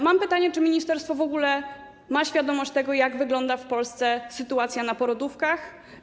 Mam pytanie, czy ministerstwo w ogóle ma świadomość tego, jak wygląda w Polsce sytuacja na porodówkach.